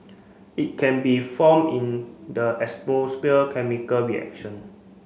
it can be form in the chemical reaction